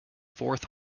fourth